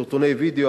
סרטוני וידיאו,